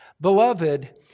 Beloved